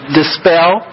dispel